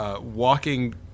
Walking